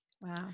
Wow